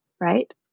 right